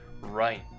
Right